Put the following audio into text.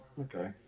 Okay